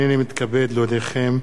הנני מתכבד להודיעכם,